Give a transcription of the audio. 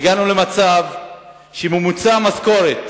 הגענו למצב שממוצע המשכורת